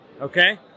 okay